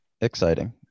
exciting